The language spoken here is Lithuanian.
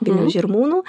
vilniaus žirmūnų